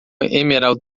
emerald